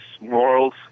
Morals